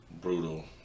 brutal